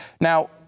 Now